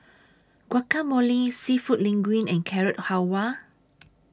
Guacamole Seafood Linguine and Carrot Halwa